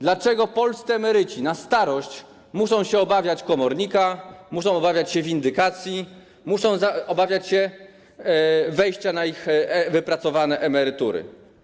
Dlaczego polscy emeryci na starość muszą się obawiać komornika, muszą się obawiać windykacji, muszą się obawiać wejścia na ich wypracowane emerytury?